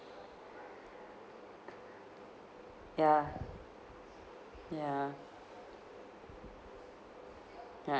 ya ya right